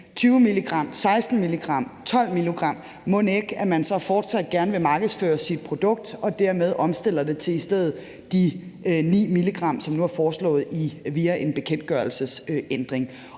20 mg, 16 mg eller 12 mg, mon ikke fortsat gerne vil markedsføre deres produkt og dermed omstiller det til i stedet de 9 mg, som nu er foreslået via en bekendtgørelsesændring?